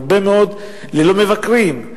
רבים מאוד ללא מבקרים.